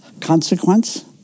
consequence